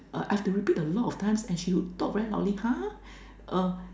err I have to repeat a lot of times and she would talk very loudly !huh! err